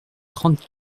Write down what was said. trente